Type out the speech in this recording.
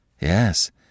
Yes